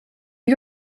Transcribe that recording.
you